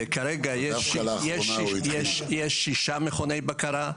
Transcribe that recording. וכרגע יש שישה מכוני בקרה.